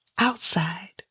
Outside